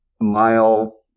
mile